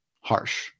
Harsh